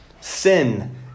Sin